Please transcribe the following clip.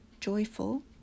joyful